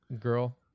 girl